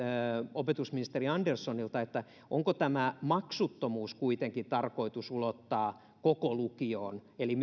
opetusministeri anderssonilta onko tämä maksuttomuus kuitenkin tarkoitus ulottaa koko lukioon eli